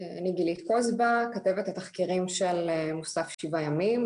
אני כתבת התחקירים של מוסף שבעה ימים,